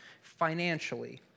financially